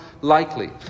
likely